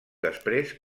després